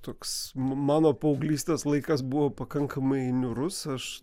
toks mano paauglystės laikas buvo pakankamai niūrus aš